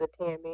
Tammy